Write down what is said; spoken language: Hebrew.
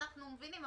אנחנו מבינים,